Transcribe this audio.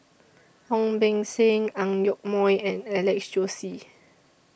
Ong Beng Seng Ang Yoke Mooi and Alex Josey